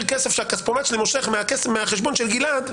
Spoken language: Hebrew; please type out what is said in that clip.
כסף שהכספומט שלי מושך מהחשבון של גלעד,